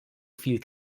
viel